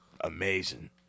Amazing